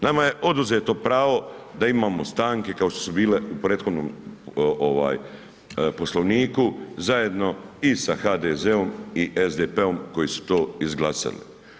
Nama je oduzeto pravo da imamo stanke kao što su bile u prethodnom Poslovniku zajedno i sa HDZ-om i SDP-om koji su to izglasali.